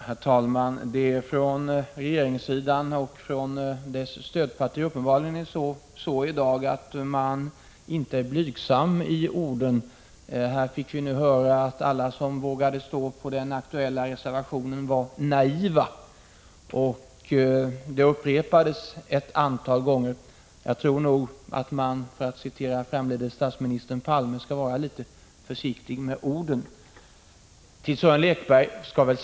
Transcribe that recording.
Herr talman! På regeringssidan och inom dess stödparti är man i dag uppenbarligen inte blygsam i orden. Här fick vi nu höra att alla som vågade stå för den aktuella reservationen var naiva, och det upprepades ett antal gånger. För att citera framlidne statsminister Palme vill jag säga att man nog bör vara litet försiktig med orden.